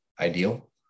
ideal